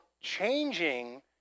changing